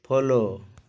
follow